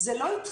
זה הסל